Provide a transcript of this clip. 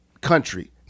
country